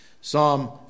Psalm